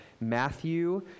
Matthew